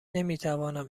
نمیتوانم